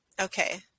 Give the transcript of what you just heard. okay